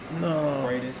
No